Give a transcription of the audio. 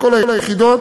בכל היחידות,